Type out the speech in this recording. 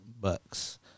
Bucks